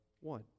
one